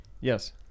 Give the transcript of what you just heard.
yes